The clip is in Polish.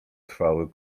trwały